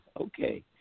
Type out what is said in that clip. Okay